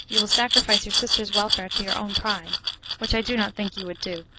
you will sacrifice your sisters' welfare to your own pride which i do not think you would do.